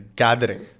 gathering